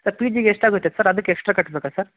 sir P ಜಿಗೆ ಎಷ್ಟಾಗುತ್ತೆ sir ಅದಕ್ಕೆ ಎಕ್ಸ್ಟ್ರಾ ಕಟ್ಟಬೇಕಾ ಸರ್